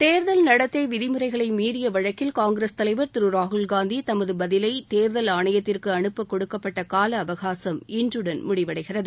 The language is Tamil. தேர்தல் நடத்தை நெறிமுறைகளை மீறிய வழக்கில் காங்கிரஸ் தலைவர் திரு ராகுல்காந்தி தனது பதிலை தேர்தல் ஆணையத்திற்கு அனுப்ப கொடுக்கப்பட்ட கால அவகாசும் இன்றுடன் முடிவடைகிறது